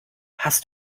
hast